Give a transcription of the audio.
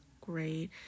great